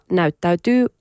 näyttäytyy